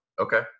okay